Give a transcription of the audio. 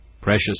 Precious